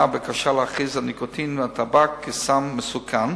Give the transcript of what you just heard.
בקשה להכריז על ניקוטין הטבק כסם מסוכן,